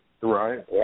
Right